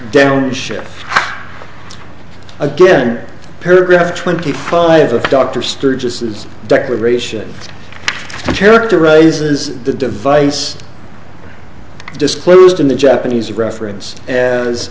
downshift again paragraph twenty five of dr sturgiss declaration characterizes the device disclosed in the japanese reference as